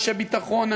אנשי ביטחון,